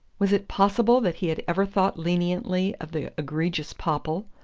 was it possible that he had ever thought leniently of the egregious popple?